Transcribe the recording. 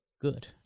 good